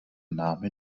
name